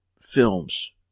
films